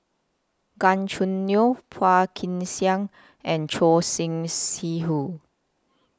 Gan Choo Neo Phua Kin Siang and Choor Singh Sidhu